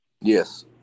Yes